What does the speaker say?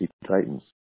Titans